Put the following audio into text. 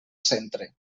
centre